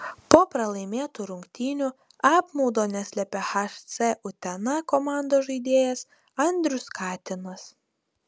po pralaimėtų rungtynių apmaudo neslėpė hc utena komandos žaidėjas andrius katinas